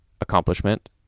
accomplishment